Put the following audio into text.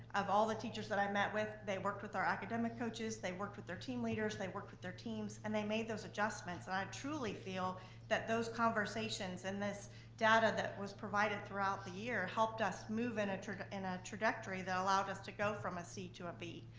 of all the teachers that i met with, they worked with our academic coaches, they worked with their team leaders, they worked with their teams, and they made those adjustments. and i truly feel that those conversations and this data that was provided throughout the year helped us move in ah a trajectory that allowed us to go from a c to a b.